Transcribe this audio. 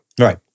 right